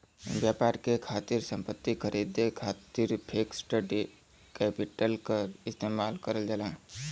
व्यापार के खातिर संपत्ति खरीदे खातिर फिक्स्ड कैपिटल क इस्तेमाल करल जाला